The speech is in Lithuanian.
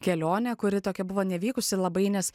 kelionę kuri tokia buvo nevykusi labai nes